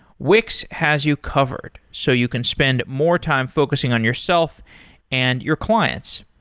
wix has you covered, so you can spend more time focusing on yourself and your clients.